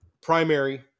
primary